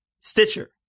Stitcher